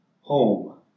home